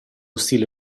stile